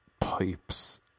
pipes